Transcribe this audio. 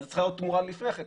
אתה צריך לראות תמונה מלפני כן.